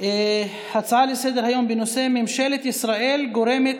הצעות לסדר-היום בנושא: ממשלת ישראל גורמת